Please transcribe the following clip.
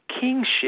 kingship